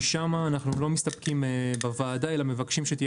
שם אנחנו לא מסתפקים בוועדה אלא מבקשים שתהיה